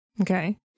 Okay